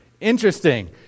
Interesting